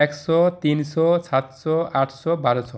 একশো তিনশো সাতশো আটশো বারোশো